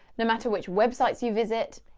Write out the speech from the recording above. no matter which websites you visit,